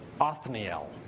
Othniel